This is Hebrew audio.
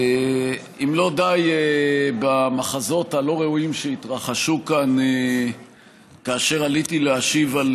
אם לא די במחזות הלא-ראויים שהתרחשו כאן כאשר עליתי להשיב על